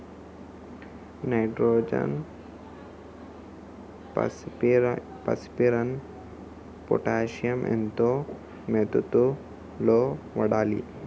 Nitrogen phosphorus potassium ఎంత మోతాదు లో వాడాలి?